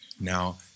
Now